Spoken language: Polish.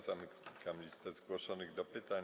Zamykam listę zgłoszonych do pytań.